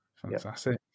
Fantastic